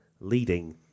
leading